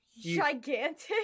gigantic